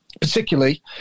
particularly